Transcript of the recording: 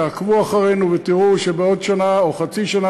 תעקבו אחרינו ותראו שבעוד שנה או חצי שנה,